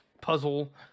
puzzle